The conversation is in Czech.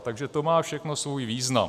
Takže to má všechno svůj význam.